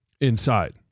inside